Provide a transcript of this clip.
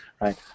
right